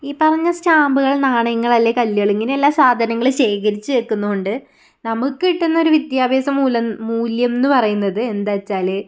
ഈ പറഞ്ഞ സ്റ്റാമ്പുകൾ നാണയങ്ങൾ അല്ലെങ്കിൽ കല്ലുകൾ ഇങ്ങനെയുള്ള സാധനങ്ങൾ ശേഖരിച്ച് വെയ്ക്കുന്നതു കൊണ്ട് നമുക്ക് കിട്ടുന്ന ഒരു വിദ്യാഭാസ മൂലം മൂല്യം എന്ന് പറയുന്നത് എന്താച്ചാൽ